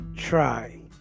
try